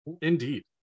indeed